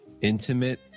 intimate